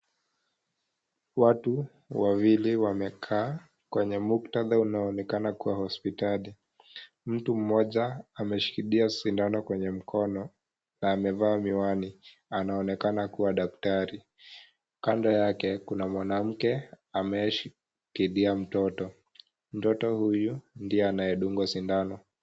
Watu wawili wamekaa kwenye muktadha unaoonekana kuwa hospitali. Mtu mmoja ameshikilia sindano kwenye mkono na amevaa miwani. Anaonekana kuwa daktari. Kando yake kuna mwanamke ameshikilia mtoto. Mtoto huyu ndiye anayedungwa sindano.